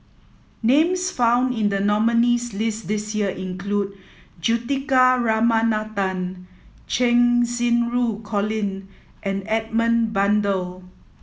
names found in the nominees' list this year include Juthika Ramanathan Cheng Xinru Colin and Edmund Blundell